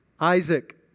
Isaac